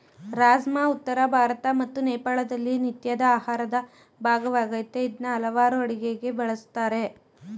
ರಾಜ್ಮಾ ಉತ್ತರ ಭಾರತ ಮತ್ತು ನೇಪಾಳದಲ್ಲಿ ನಿತ್ಯದ ಆಹಾರದ ಭಾಗವಾಗಯ್ತೆ ಇದ್ನ ಹಲವಾರ್ ಅಡುಗೆಗೆ ಬಳುಸ್ತಾರೆ